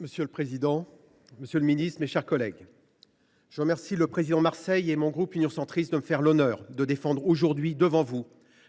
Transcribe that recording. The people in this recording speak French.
Monsieur le président, monsieur le ministre, mes chers collègues, je remercie le président Marseille et mon groupe Union Centriste de me faire l’honneur de défendre aujourd’hui, devant vous,